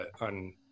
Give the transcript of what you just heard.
on